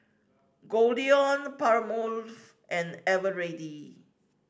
Goldlion Palmolive and Eveready